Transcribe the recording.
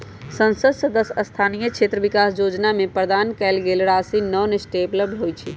संसद सदस्य स्थानीय क्षेत्र विकास जोजना में प्रदान कएल गेल राशि नॉन लैप्सबल होइ छइ